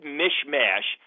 mishmash